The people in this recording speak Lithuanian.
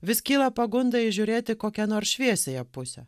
vis kyla pagunda įžiūrėti kokią nors šviesiąją pusę